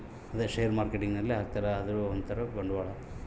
ರೊಕ್ಕ ನ ಯಾವದರಲ್ಲಿ ಹಾಕಿದರೆ ಬೆಳ್ಸ್ಬೊದು ಅಂತ ಬಂಡವಾಳ ಹಾಕೋದು ಈ ತರ ಹೊಂದ್ಯದ